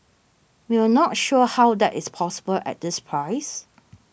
we're not sure how that is possible at this price